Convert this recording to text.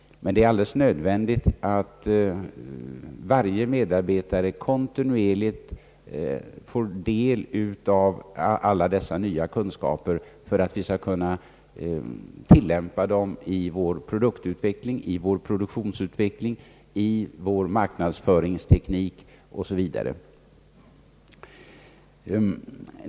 Det är dock alldeles nödvändigt att varje medarbetare kontinuerligt får del av alla dessa nya kun skaper för att vi skall kunna tillämpa dem i vår produktutveckling, i vår produktionsutveckling, i vår marknadsföringsteknik o. s. v.